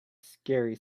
scary